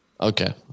Okay